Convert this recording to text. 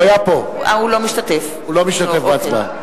אינו משתתף בהצבעה